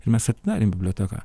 ir mes atidarėm biblioteką